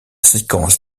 séquence